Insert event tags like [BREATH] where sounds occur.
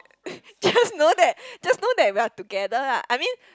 [BREATH] just know that just know that we are together lah I mean